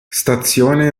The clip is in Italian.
stazione